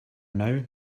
now